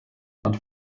but